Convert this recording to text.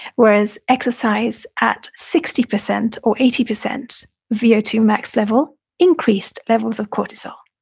whereas exercise at sixty percent or eighty percent v o two max level increased levels of cortisol.